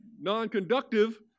non-conductive